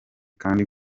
kandi